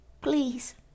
Please